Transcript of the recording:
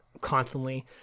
constantly